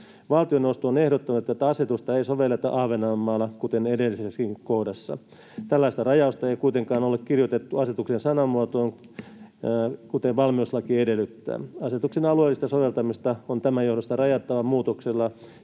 Valtioneuvosto on ehdottanut, että tätä asetusta ei sovelleta Ahvenanmaalla, kuten edellisessäkin kohdassa. Tällaista rajausta ei kuitenkaan ole kirjoitettu asetuksen sanamuotoon, kuten valmiuslaki edellyttää. Asetuksen alueellista soveltamista on tämän johdosta rajattava muutoksella,